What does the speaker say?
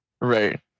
Right